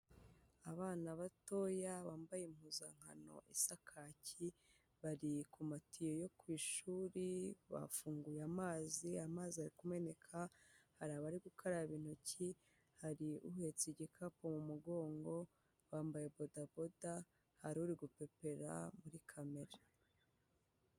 Abana batoya bambaye impuzankano isa kaki bari ku matiyo yo ku ishuri, bafunguye amazi, amazi ari kumeneka, hari abari gukaraba intoki, hari uhetse igikapu mu mugongo, bambaye bodaboda, hari uri gupepera muri kamera.